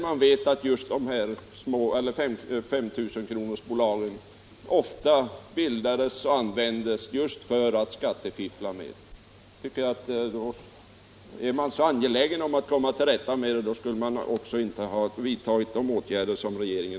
Man vet ju att 5 000-kronorsbolagen ofta bildades och användes just för skattefiffel. Är man så angelägen att komma till rätta med problemen, skulle man inte ha gjort som regeringen.